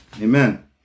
Amen